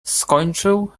skończył